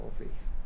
Office